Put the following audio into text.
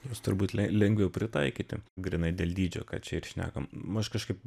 jos turbūt leng lengviau pritaikyti grynai dėl dydžio ką čia ir šnekam aš kažkaip